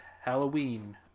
Halloween